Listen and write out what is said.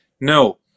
No